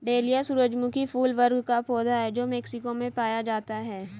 dahlia सूरजमुखी फूल वर्ग का पौधा है जो मेक्सिको में पाया जाता है